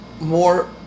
more